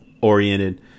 oriented